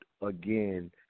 again